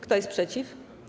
Kto jest przeciw?